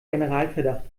generalverdacht